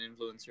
influencer